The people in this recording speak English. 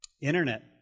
Internet